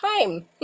time